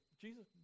Jesus